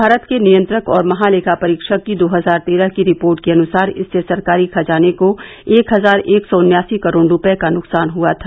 भारत के नियंत्रक और महालेखा परीक्षक की दो हजार तेरह की रिपोर्ट के अनुसार इससे सरकारी खजाने को एक हजार एक सौ उन्यासी करोड़ रुपए का नुकसान हुआ था